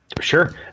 Sure